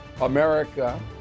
America